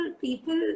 people